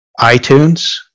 iTunes